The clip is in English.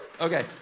Okay